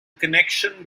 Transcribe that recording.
connection